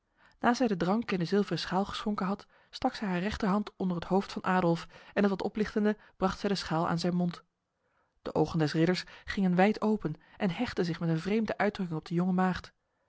na zij de drank in de zilveren schaal geschonken had stak zij haar rechterhand onder het hoofd van adolf en het wat oplichtende bracht zij de schaal aan zijn mond de ogen des ridders gingen wijd open en hechtten zich met een vreemde uitdrukking op de jonge maagd